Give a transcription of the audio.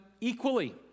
equally